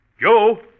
Joe